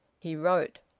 he wrote,